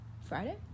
Friday